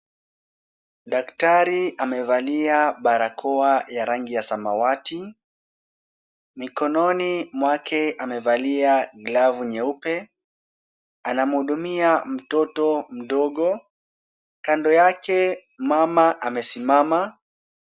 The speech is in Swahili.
Daktari amevalia barakoa ya rangi ya samawati Mikononi mwake amevalia glavu nyeupe anamhudumia mtoto mdogo kando yake mama amesimama.